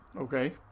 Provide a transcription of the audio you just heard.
Okay